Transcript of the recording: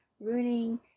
Ruining